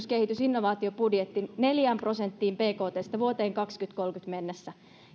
kehitys ja innovaatiobudjetti neljään prosenttiin bktstä vuoteen kaksituhattakolmekymmentä mennessä